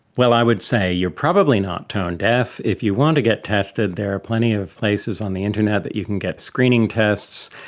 well, i would say you are probably not tone deaf. if you want to get tested there are plenty of places on the internet that you can get screening tests,